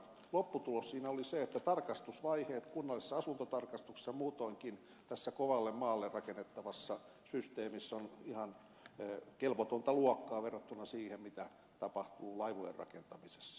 lopputulos siinä oli se että tarkastusvaiheet kunnallisessa asuntotarkastuksessa ja muutoinkin kovalle maalle rakennettavassa systeemissä ovat ihan kelvotonta luokkaa verrattuna siihen mitä tapahtuu laivojen rakentamisessa